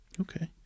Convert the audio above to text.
Okay